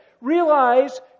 realize